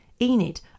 Enid